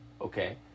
okay